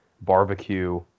barbecue